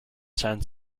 san